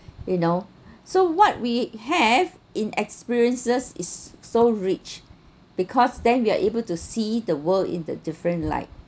you know so what we have in experiences is so rich because then you are able to see the world in a different light